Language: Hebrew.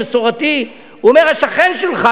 המסורתי: השכן שלך,